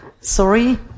Sorry